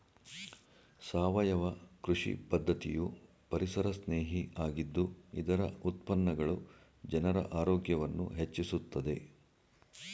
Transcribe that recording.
ಸಾವಯವ ಕೃಷಿ ಪದ್ಧತಿಯು ಪರಿಸರಸ್ನೇಹಿ ಆಗಿದ್ದು ಇದರ ಉತ್ಪನ್ನಗಳು ಜನರ ಆರೋಗ್ಯವನ್ನು ಹೆಚ್ಚಿಸುತ್ತದೆ